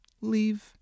leave